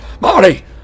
MARTY